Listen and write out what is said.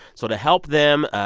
so to help them,